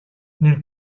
nel